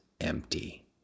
empty